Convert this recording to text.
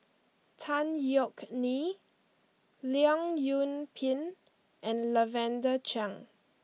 Tan Yeok Nee Leong Yoon Pin and Lavender Chang